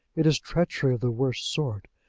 it is treachery of the worst sort,